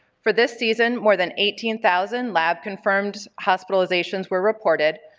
for this season more than eighteen thousand lab confirmed hospitalizations were reported,